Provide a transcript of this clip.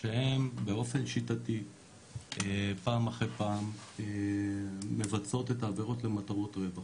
שהן באופן שיטתי פעם אחרי פעם מבצעות של העבירות למטרות רווח,